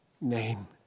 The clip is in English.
name